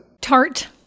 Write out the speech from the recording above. Tart